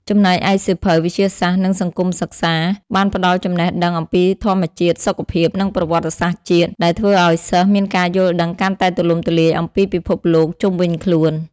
ចំណែកឯសៀវភៅ វិទ្យាសាស្ត្រ និង សង្គមសិក្សា បានផ្ដល់ចំណេះដឹងអំពីធម្មជាតិ សុខភាព និងប្រវត្តិសាស្ត្រជាតិ ដែលធ្វើឱ្យសិស្សមានការយល់ដឹងកាន់តែទូលំទូលាយអំពីពិភពលោកជុំវិញខ្លួន។